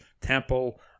Temple